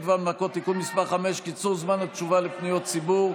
והנמקות) (תיקון מס' 5) (קיצור זמן התשובה לפניות ציבור),